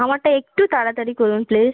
আমারটা একটু তাড়াতাড়ি করুন প্লিস